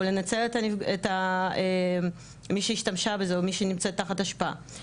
או לנצל את מי שנמצאת תחת השפעה,